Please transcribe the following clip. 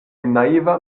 naiva